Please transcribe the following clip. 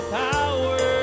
power